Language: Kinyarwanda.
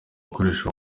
gukoresha